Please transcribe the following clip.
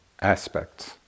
aspects